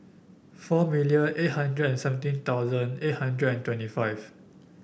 four million eight hundred and seventeen thousand eight hundred and twenty five